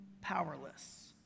powerless